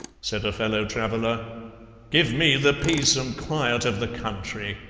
said a fellow-traveller give me the peace and quiet of the country.